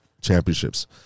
championships